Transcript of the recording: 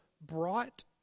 brought